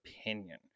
opinion